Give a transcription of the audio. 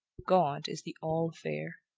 god is the all-fair.